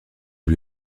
lui